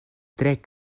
tre